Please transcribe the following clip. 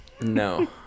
No